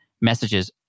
messages